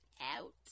out